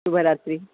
शुभरात्रिः